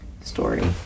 story